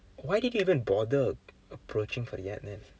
why did you even bother approaching for the ad then